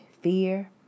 fear